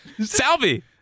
Salvi